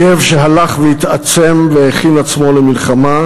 אויב שהלך והתעצם והכין עצמו למלחמה,